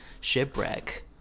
shipwreck